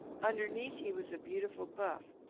underneath he was a beautiful buff,